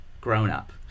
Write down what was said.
grown-up